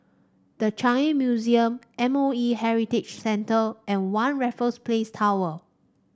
The Changi Museum M O E Heritage Center and One Raffles Place Tower